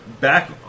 back